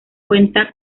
cuenta